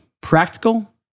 practical